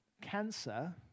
cancer